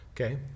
Okay